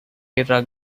rugby